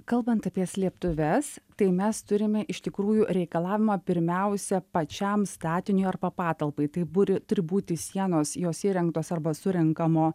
kalbant apie slėptuves tai mes turime iš tikrųjų reikalavimą pirmiausia pačiam statiniui arba patalpai tai buri turi būti sienos jos įrengtos arba surenkamo